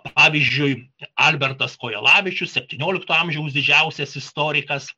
pavyzdžiui albertas kojelavičius septyniolikto amžiaus didžiausias istorikas